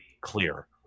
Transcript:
clear